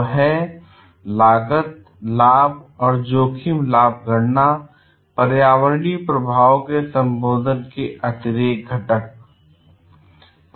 यह है लागत लाभ और जोखिम लाभ गणना पर्यावरणीय प्रभाव के संबोधन के अतिरेक घटक हैं